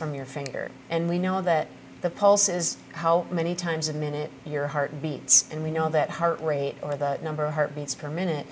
from your finger and we know that the pulse is how many times a minute your heart beats and we know that heart rate or that number of heart beats per minute